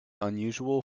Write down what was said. unusual